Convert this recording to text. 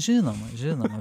žinoma žinoma